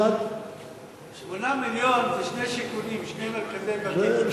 8 מיליון זה שני שיכונים, שני מרכזי בתים.